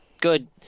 good